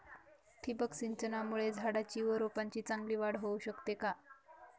ठिबक सिंचनामुळे झाडाची व रोपांची चांगली वाढ होऊ शकते का?